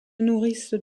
nourrissent